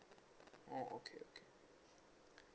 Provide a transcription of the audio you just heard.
oh okay okay